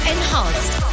Enhanced